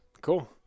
Cool